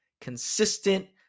consistent